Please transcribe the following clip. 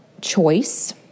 choice